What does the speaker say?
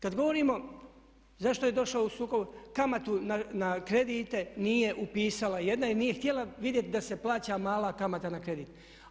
Kad govorimo zašto je došao u sukob, kamatu na kredite nije upisala jedna jer nije htjela da se vidi da se plaća mala kamata na kredit.